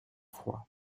froid